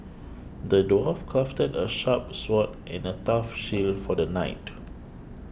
the dwarf crafted a sharp sword and a tough shield for the knight